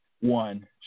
One